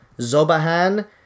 Zobahan